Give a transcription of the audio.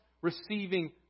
receiving